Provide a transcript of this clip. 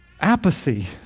apathy